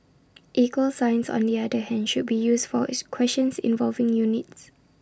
equal signs on the other hand should be used for as questions involving units